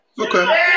Okay